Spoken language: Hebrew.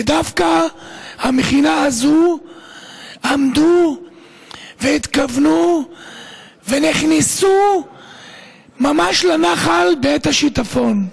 ודווקא במכינה הזו עמדו והתכוונו ונכנסו ממש לנחל בעת השיטפון.